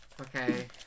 Okay